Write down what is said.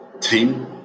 team